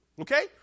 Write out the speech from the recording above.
Okay